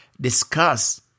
discuss